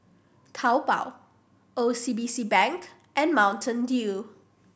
Taobao O C B C Bank and Mountain Dew